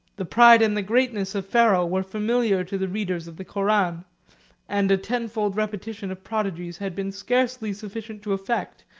the pride and the greatness of pharaoh were familiar to the readers of the koran and a tenfold repetition of prodigies had been scarcely sufficient to effect,